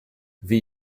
wie